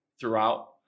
throughout